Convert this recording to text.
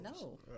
no